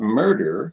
murder